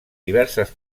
diverses